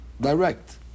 Direct